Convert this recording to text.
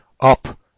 up